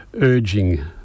urging